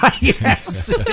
Yes